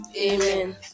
Amen